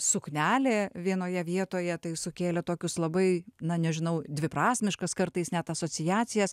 suknelė vienoje vietoje tai sukėlė tokius labai na nežinau dviprasmiškas kartais net asociacijas